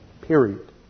period